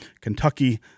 Kentucky